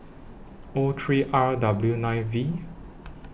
O three R W nine V